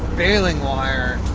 bailing wire.